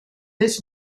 this